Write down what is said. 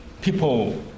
people